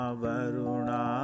varuna